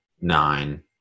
nine